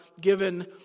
given